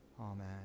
Amen